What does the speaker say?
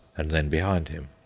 and then behind him.